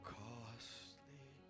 costly